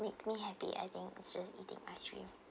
make me happy I think it's just eating ice cream